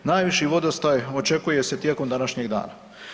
Najviši vodostaj očekuje se tijekom današnjeg dana.